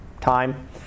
time